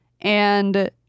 and-